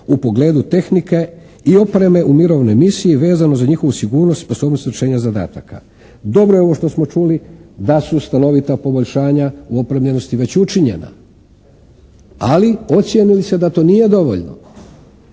u pogledu tehnike i opreme u mirovnoj misiji vezano za njihovu sigurnost i sposobnost izvršenja zadataka. Dobro je ovo što smo čuli da su stanovita poboljšanja u opremljenosti već učinjena. Ali, ocijeni li se da to nije dovoljno